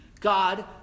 God